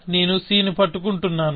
నేను c ని పట్టుకుంటాను